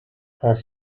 has